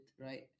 right